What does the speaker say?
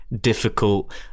difficult